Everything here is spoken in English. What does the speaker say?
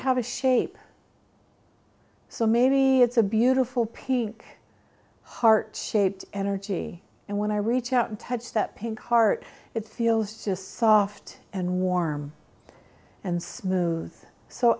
have a shape so maybe it's a beautiful pink heart shaped energy and when i reach out and touch that pink heart it feels just soft and warm and smooth so